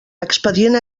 expedient